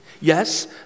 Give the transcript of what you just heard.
Yes